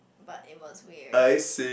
but it was weird